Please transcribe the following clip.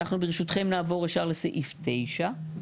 אנחנו, בהרשותכם, נעבור ישר לסעיף (9).